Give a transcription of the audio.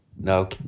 No